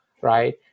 right